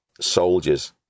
soldiers